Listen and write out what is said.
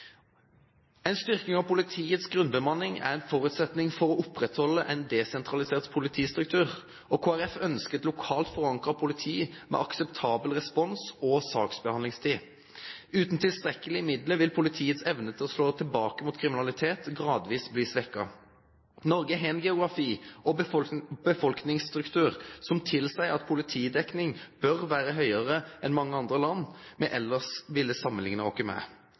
En styrking av politiets grunnbemanning er en forutsetning for å opprettholde en desentralisert politistruktur. Kristelig Folkeparti ønsker lokalt forankret politi med akseptabel respons- og saksbehandlingstid. Uten tilstrekkelige midler vil politiets evne til å slå tilbake mot kriminalitet gradvis bli svekket. Norge har en geografi og befolkningsstruktur som tilsier at politidekning bør være høyere enn mange andre land vi ellers ville sammenliknet oss med.